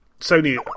Sony